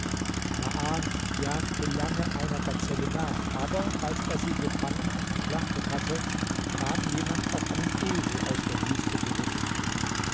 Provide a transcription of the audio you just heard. jagte lange einer gazelle nach aber als er sie gefangen und geschlachtet hatte kam jemand auf einem esel aus der wüste geritten